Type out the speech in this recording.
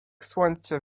słońce